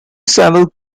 samuel